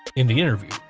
in the interview,